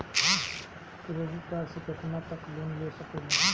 Credit card से कितना तक लोन ले सकईल?